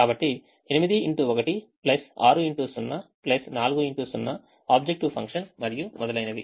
కాబట్టి 8x1 6x0 4x0 objective function మరియు మొదలైనవి